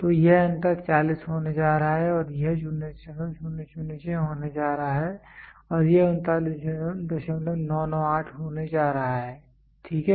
तो यह अंतर 40 होने जा रहा है और यह 0006 होने जा रहा है और यह 39998 होने जा रहा है ठीक है